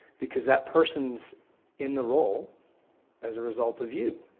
because that person's in the role as a result of you.